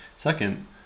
Second